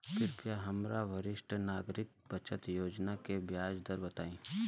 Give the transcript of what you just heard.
कृपया हमरा वरिष्ठ नागरिक बचत योजना के ब्याज दर बताई